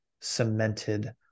cemented